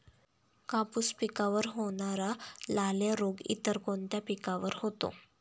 कापूस पिकावर होणारा लाल्या रोग इतर कोणत्या पिकावर होतो?